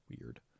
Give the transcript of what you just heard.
Weird